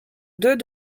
deux